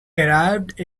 arrived